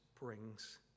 brings